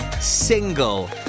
single